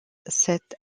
cette